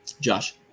Josh